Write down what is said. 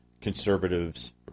conservatives